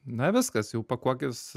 na viskas jau pakuokis